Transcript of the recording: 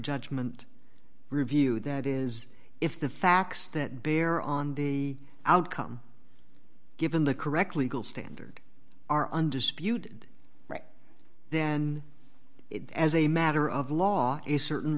judgment review that is if the facts that bear on the outcome given the correct legal standard are undisputed right then as a matter of law a certain